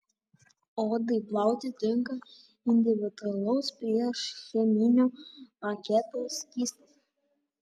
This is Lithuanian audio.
odai plauti tinka individualaus priešcheminio paketo skystis